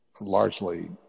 largely